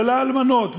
ולאלמנות,